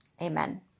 amen